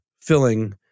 filling